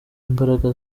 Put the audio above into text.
imbaraga